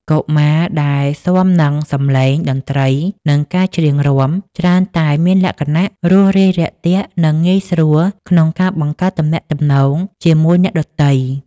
កុមារដែលស៊ាំនឹងសម្លេងតន្ត្រី និងការច្រៀងរាំ ច្រើនតែមានបុគ្គលិកលក្ខណៈរួសរាយរាក់ទាក់ និងងាយស្រួលក្នុងការបង្កើតទំនាក់ទំនងជាមួយអ្នកដទៃ។